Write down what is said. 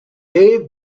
dave